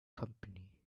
company